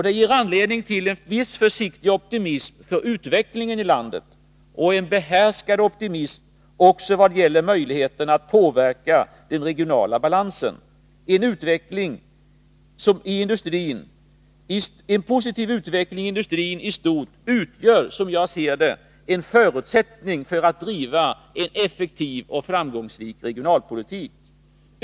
Det ger anledning till en viss försiktig optimism för utvecklingen i landet och en behärskad optimism också vad gäller möjligheterna att påverka den regionala balansen. En positiv utveckling i industrin i stort utgör, som jag ser det, en förutsättning för att man skall kunna driva en effektiv och framgångsrik regionalpolitik.